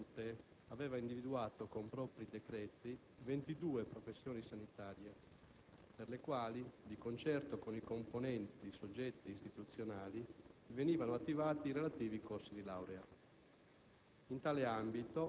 Il Ministero della salute aveva individuato con propri decreti ventidue professioni sanitarie, per le quali, di concerto con i competenti soggetti istituzionali, venivano attivati i relativi corsi di laurea;